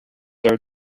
are